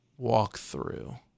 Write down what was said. walkthrough